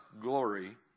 glory